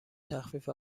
تخفیف